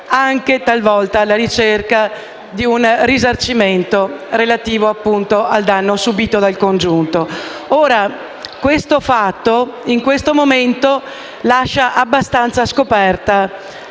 Grazie a tutti